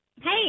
Hey